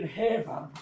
heaven